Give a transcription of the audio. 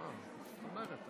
אה, אז אתה אומר את זה.